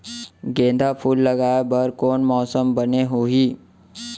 गेंदा फूल लगाए बर कोन मौसम बने होही?